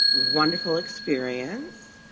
wonderful experience,